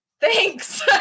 Thanks